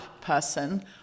person